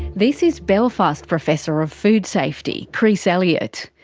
this is belfast professor of food safety chris elliott.